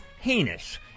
heinous